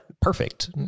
perfect